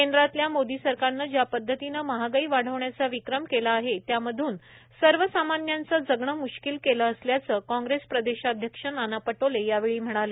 केंद्रातल्या मोदी सरकारने ज्या पद्धतीने महागाई वाढवण्याचा विक्रम केला आहे त्यामधून सर्वसामान्यांचं जगणं मुश्कील केलं असल्याचं काँग्रेस प्रदेशाध्यक्ष नाना पटोले यावेळी म्हणाले